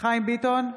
חיים ביטון,